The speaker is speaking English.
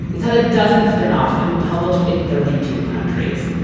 it's had a dozen spinoffs and been published in thirty two countries.